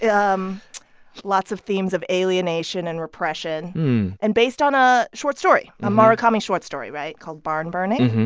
um lots of themes of alienation and repression and based on a short story, a murakami short story right? called barn burning.